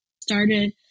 started